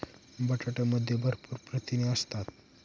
बटाट्यामध्ये भरपूर प्रथिने असतात